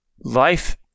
Life